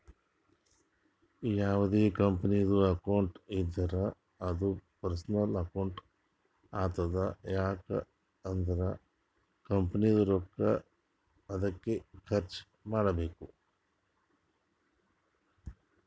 ಯಾವ್ದೇ ಕಂಪನಿದು ಅಕೌಂಟ್ ಇದ್ದೂರ ಅದೂ ಪರ್ಸನಲ್ ಅಕೌಂಟ್ ಆತುದ್ ಯಾಕ್ ಅಂದುರ್ ಕಂಪನಿದು ರೊಕ್ಕಾ ಅದ್ಕೆ ಖರ್ಚ ಮಾಡ್ಬೇಕು